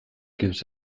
gives